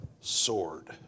sword